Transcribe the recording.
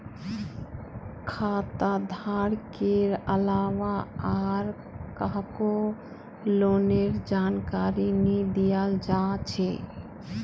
खाता धारकेर अलावा आर काहको लोनेर जानकारी नी दियाल जा छे